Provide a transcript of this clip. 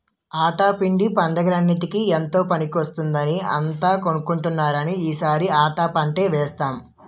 ఆటా పిండి పండగలన్నిటికీ ఎంతో పనికొస్తుందని అంతా కొంటున్నారని ఈ సారి ఆటా పంటే వేసాము